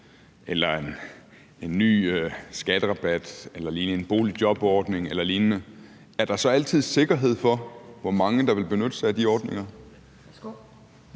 eller en ny skatterabat, en boligjobordning eller lignende, er der så altid sikkerhed for, hvor mange der vil benytte sig af ordningen?